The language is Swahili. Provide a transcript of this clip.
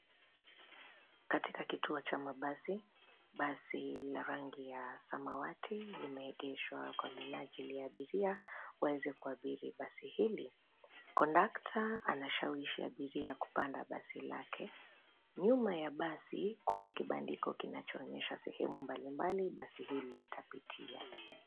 Katika kituo cha mabasi. Basi la rangi ya samawati limeegeshwa kwa minajili ya abiria waweze kuabiri basi hili. Kondakta anashawishi abiria kupanda basi lake. Nyuma ya basi kuna kibandiko kinachoonyesha sehemu mbalimbali basi hili litapitia.